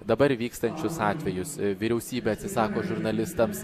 dabar vykstančius atvejus vyriausybė atsisako žurnalistams